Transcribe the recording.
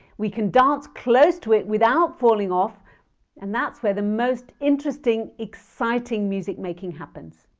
we can dance close to it without falling off and that's where the most interesting, exciting music-making happens